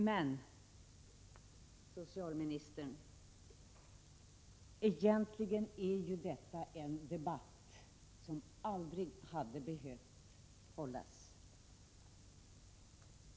Men, socialministern, egentligen är ju detta en debatt som aldrig skulle ha behövt föras.